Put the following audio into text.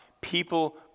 People